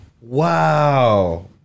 Wow